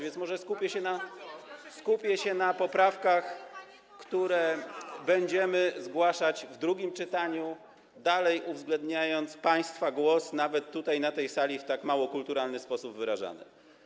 więc może skupię się na poprawkach, które będziemy zgłaszać w drugim czytaniu, dalej uwzględniając państwa głos, nawet tutaj, na tej sali w tak mało kulturalny sposób wyrażany.